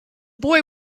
boy